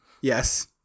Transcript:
Yes